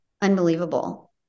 Unbelievable